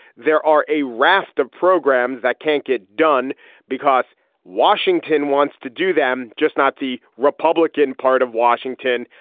there are a raft of programs that can't get done because washington wants to do them, just not the republican part of washington,